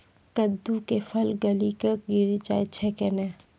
कददु के फल गली कऽ गिरी जाय छै कैने?